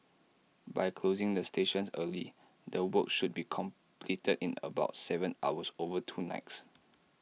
by closing the stations early the work should be completed in about Seven hours over two likes